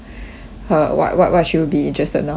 her what what what she'll be interested now ya lah